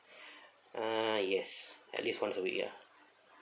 uh yes at least once a week ya